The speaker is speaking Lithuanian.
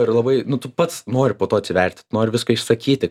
ir labai nu tu pats nori po to atsiverti nori viską išsakyti